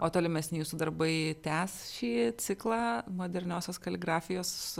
o tolimesni jūsų darbai tęs šį ciklą moderniosios kaligrafijos